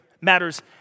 matters